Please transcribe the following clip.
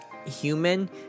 human